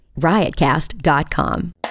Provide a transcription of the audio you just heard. riotcast.com